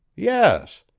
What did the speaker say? yes.